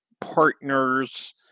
partners